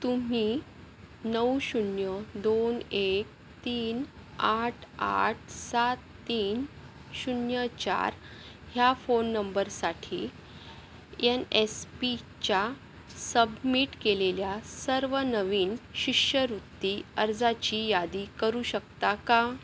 तुम्ही नऊ शून्य दोन एक तीन आठ आठ सात तीन शून्य चार ह्या फोन नंबरसाठी एन एस पीच्या सबमिट केलेल्या सर्व नवीन शिष्यवृत्ती अर्जांची यादी करू शकता का